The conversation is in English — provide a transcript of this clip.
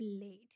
late